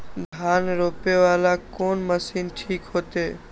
धान रोपे वाला कोन मशीन ठीक होते?